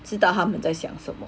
知道他们在想什么